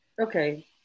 Okay